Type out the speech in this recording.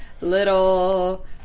little